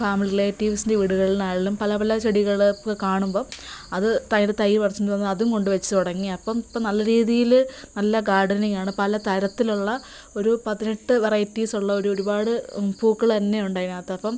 ഫാമി റിലേറ്റീവ്സിൻ്റെ വീടുകളിലാണെലും പല പല ചെടികള് പ കാണുമ്പം അത് ത തൈ പറിച്ചോണ്ട് വന്ന് അതും കൊണ്ട് വെച്ച് തുടങ്ങി അപ്പം ഇപ്പ നല്ല രീതിയില് നല്ല ഗാർഡനിങ്ങാണ് പല തരത്തിലുള്ള ഒരു പതിനെട്ട് വെറൈറ്റീസൊള്ള ഒരു ഒരുപാട് പൂക്കള് തന്നെയുണ്ട് അതിനകത്ത് അപ്പം